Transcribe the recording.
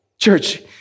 Church